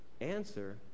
answer